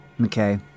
okay